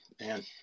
man